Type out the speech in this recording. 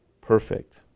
perfect